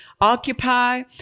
occupy